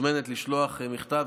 את מוזמנת לשלוח מכתב,